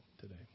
today